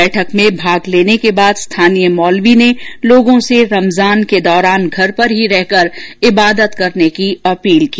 बैठक में भाग लेने के बाद स्थानीय मौलवी ने लोगों से रमजान के दौरान घर पर ही रहकर इबादत करने की अपील की